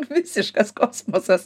visiškas kosmosas